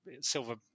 silver